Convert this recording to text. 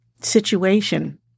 situation